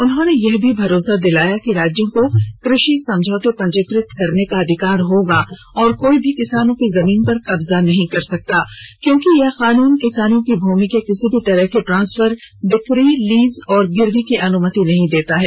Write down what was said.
उन्होंने यह भी भरोसा दिलाया कि राज्यों को कृषि समझौते पंजीकृत करने का अधिकार होगा और कोई भी किसानों की जमीन पर कब्जा नहीं कर सकता क्योंकि यह कानुन किसानों की भूमि के किसी भी तरह के ट्रांसफर बिकी लीज और गिरवी की अनुमति नहीं देता है